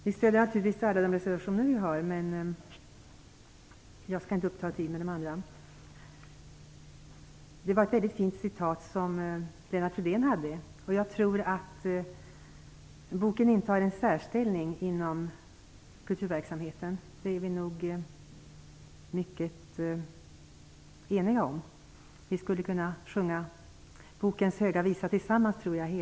Vi stödjer naturligtvis alla våra reservationer, men jag skall inte uppta tiden med att tala om de andra. Det var ett väldigt fint citat som Lennart Fridén återgav. Jag tror att boken intar en särställning inom kulturverksamheten. Det är nog eniga om. Jag tror att hela riksdagen skulle kunna sjunga bokens höga visa tillsammans.